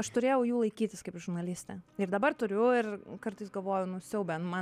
turėjau jų laikytis kaip žurnalistė ir dabar turiu ir kartais galvoju nu siaube nu man